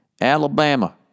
Alabama